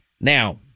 Now